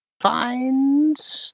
find